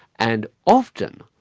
and often,